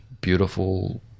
beautiful